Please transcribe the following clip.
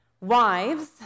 Wives